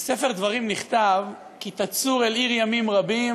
בספר דברים נכתב: "כי תצור אל עיר ימים רבים,